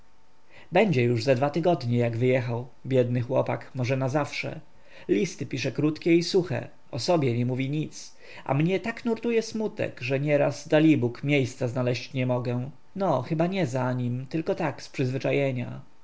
będzie już ze dwa tygodnie jak wyjechał biedny chłopak może na zawsze listy pisze krótkie i suche o sobie nie mówi nic a mnie tak nurtuje smutek że nieraz dalibóg miejsca znaleźć nie mogę no chyba nie za nim tylko tak z przyzwyczajenia pamiętam kiedy wyjeżdżał już zamknęliśmy sklep i